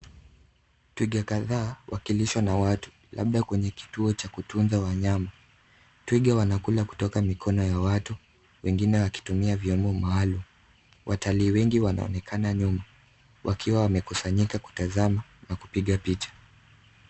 Twiga kadhaa wakilishwa na watu labda kwenye kituo cha kutunza wanyama. Twiga wanakula kutoka mikono ya watu wengine wakitumia vyombo maalum. Watalii wengi wanaonekana nyuma wakiwa wamekusanyika kutazama na kupiga picha.